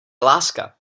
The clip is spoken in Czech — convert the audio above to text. láska